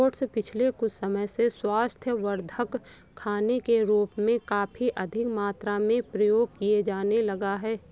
oats पिछले कुछ समय से स्वास्थ्यवर्धक खाने के रूप में काफी अधिक मात्रा में प्रयोग किया जाने लगा है